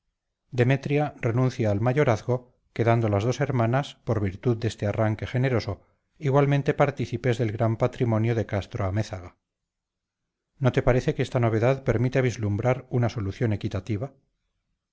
demetria renuncia al mayorazgo quedando las dos hermanas por virtud de este arranque generoso igualmente partícipes del gran patrimonio de castro-amézaga no te parece que esta novedad permite vislumbrar una solución equitativa